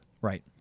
Right